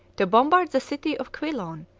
to bombard the city of quilon,